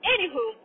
Anywho